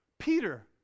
Peter